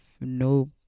no